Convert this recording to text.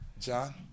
John